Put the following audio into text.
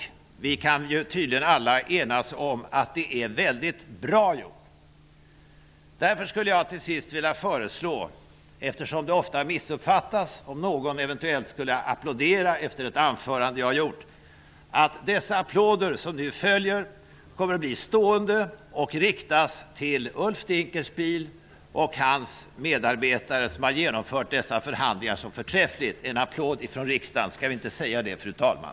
Vi kan tydligen alla enas om att det är bra gjort. Eftersom det ofta missuppfattas om någon eventuellt skulle applådera efter ett anförande som jag har hållit, vill jag föreslå att de applåder som nu följer kommer att bli stående och riktas till Ulf Dinkelspiel och hans medarbetare som har genomfört dessa förhandlingar så förträffligt. En applåd från riksdagen -- vi säger väl så, fru talman!